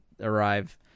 arrive